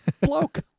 bloke